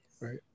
right